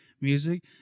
music